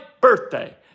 birthday